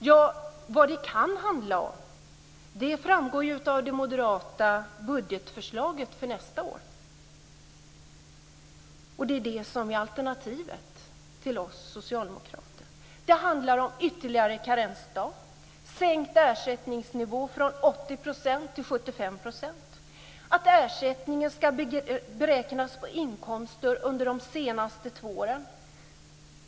Ja, vad det kan handla om framgår av det moderata förslaget till budget för nästa år. Det är det som är alternativet till vad som gäller för oss socialdemokrater. Det handlar om ytterligare en karensdag, om sänkt ersättningsnivå från 80 % till 75 % och om att ersättningen ska beräknas på inkomsterna under de senaste två åren.